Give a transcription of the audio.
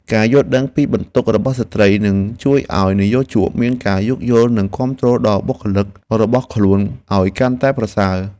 ការយល់ដឹងពីបន្ទុករបស់ស្ត្រីនឹងជួយឱ្យនិយោជកមានការយោគយល់ និងគាំទ្រដល់បុគ្គលិករបស់ខ្លួនឱ្យកាន់តែប្រសើរ។